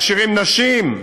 מכשירים נשים,